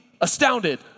astounded